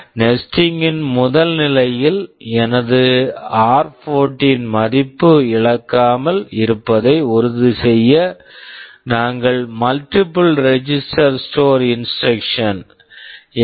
nesting nesting ன் முதல் நிலையில் எனது ஆர்14 r14 மதிப்பு இழக்காமல் இருப்பதை உறுதிசெய்ய நாங்கள் multiple register store instruction multiple register store instruction S